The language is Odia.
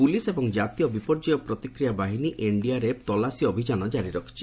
ପୋଲିସ ଏବଂ ଜାତୀୟ ବିପର୍ଯ୍ୟୟ ପ୍ରତିକ୍ରିୟା ବାହନୀ ଏନ୍ଡିଆର୍ଏଫ୍ ତଲାସୀ ଅଭିଯାନ ଜାରି ରଖିଛନ୍ତି